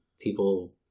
people